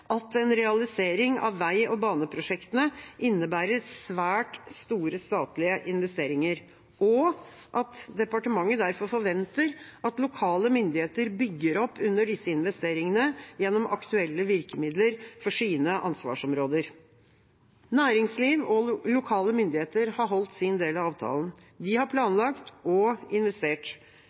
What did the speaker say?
at en realisering av vei- og baneprosjektene innebærer svært store statlige investeringer, og at departementet derfor forventer at lokale myndigheter bygger opp under disse investeringene gjennom aktuelle virkemidler for sine ansvarsområder. Næringsliv og lokale myndigheter har holdt sin del av avtalen. De har planlagt og investert.